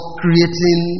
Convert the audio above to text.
creating